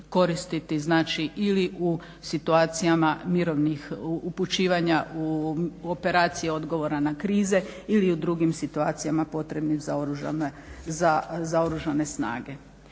Znači, ili u situacijama mirovnih upućivanja u operacije odgovora na krize ili u drugim situacijama potrebnim za Oružane snage.